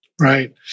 Right